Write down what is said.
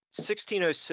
1606